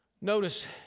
Notice